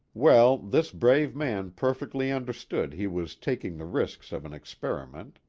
well, this brave man perfectly understood he was taking the risks of an experiment.